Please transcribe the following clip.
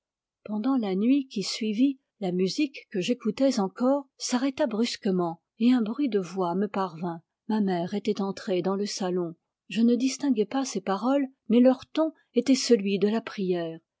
pendant la nuit qui suivit la musique que j'écoutais encore s'arrêta brusquement et un bruit de voix me parvint ma mère était entrée dans le salon je ne distinguais pas ses paroles mais leur ton était celui de la prière